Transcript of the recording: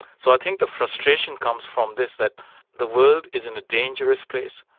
so i think the frustration comes from this, that the world is in a dangerous place,